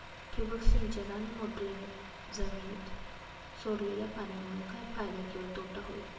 ठिबक सिंचन आणि मोटरीने जमिनीत सोडलेल्या पाण्यामुळे काय फायदा किंवा तोटा होईल?